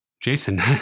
Jason